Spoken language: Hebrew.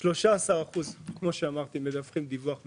13 אחוזים מדווחים דיווח מפורט,